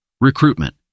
Recruitment